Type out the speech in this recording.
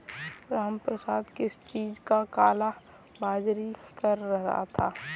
रामप्रसाद किस चीज का काला बाज़ारी कर रहा था